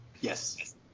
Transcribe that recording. Yes